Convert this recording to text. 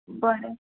बरें